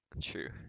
True